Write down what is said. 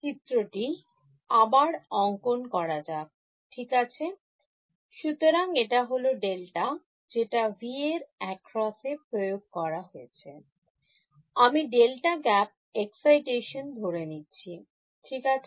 চিত্রটি আবার অঙ্কন করা যাক ঠিক আছে সুতরাং এটা হল delta সেটা V A এর across এ প্রয়োগ করা হয়েছে আমি delta gap excitation ধরে নিচ্ছি ঠিক আছে